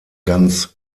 ganz